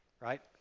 right